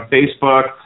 Facebook